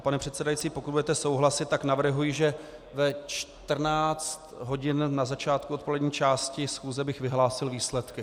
Pane předsedající, pokud budete souhlasit, navrhuji, že ve 14 hodin na začátku odpolední části schůze bych vyhlásil výsledky.